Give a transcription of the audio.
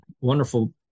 wonderful